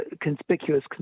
conspicuous